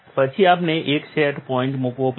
પછી આપણે એક સેટ પોઇન્ટ મૂકવો પડશે